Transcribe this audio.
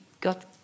got